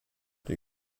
die